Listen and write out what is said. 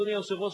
אדוני היושב-ראש,